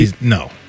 No